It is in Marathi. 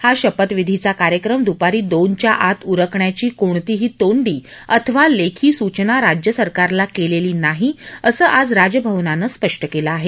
हा शपथविधीचा कार्यक्रम द्पारी दोनच्या आत उरकण्याची कोणतीही तोंडी अथवा लेखी सूचना राज्य सरकारला केलेली नाही असं आज राजभवनानं स्पष्ट केलं आहे